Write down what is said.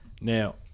Now